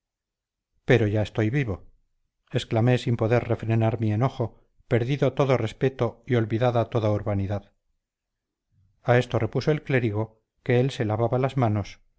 pero ya estoy vivo exclamé sin poder refrenar mi enojo perdido todo respeto y olvidada toda urbanidad a esto repuso el clérigo que él se lavaba las manos